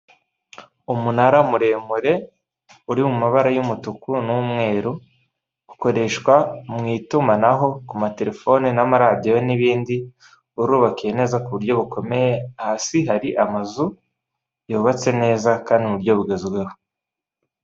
Umunara muremure uri mumabara y'umutuku n'umweru ukoreshwa mwitumanaho kuma telefone nama radiyo nibindi, urubakiye neza kuburyo bukomeye hasi hari amazu yubatse neza kandi muburyo bugezweho.